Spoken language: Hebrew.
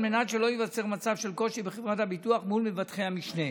על מנת שלא ייווצר מצב של קושי בחברת הביטוח מול מבטחי המשנה.